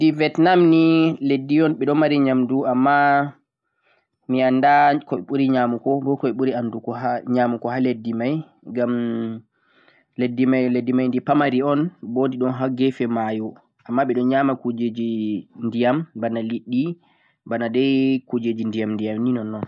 leddi Vietnam ni un ɓe ɗo mari nyamdu amma mi anda ko ɓe ɓuri nyamugo bo ko ɓe ɓuri nyamugo ha leddi mai. Ngam leddi mai leddi mai di pamari un bo di ɗon ha gefe mayo, amma ɓe ɗon nyama kujeji ndiyam bana liɗɗi, bana dai kujeji ndiyam ndiyam ni nonnon.